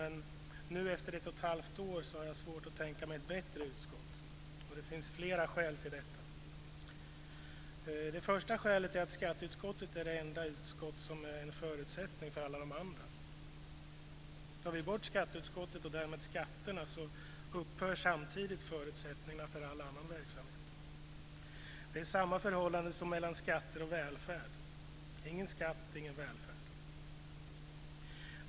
Men nu, efter ett och ett halvt år, har jag svårt att tänka mig ett bättre utskott. Det finns flera skäl till detta. Det första skälet är att skatteutskottet är det enda utskott som är en förutsättning för alla de andra. Tar vi bort skatteutskottet och därmed skatterna upphör samtidigt förutsättningarna för all annan verksamhet. Det är samma förhållande som mellan skatter och välfärd: ingen skatt - ingen välfärd.